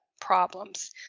problems